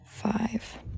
Five